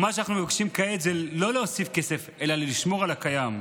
מה שאנחנו מבקשים כעת זה לא להוסיף כסף אלא לשמור על הקיים.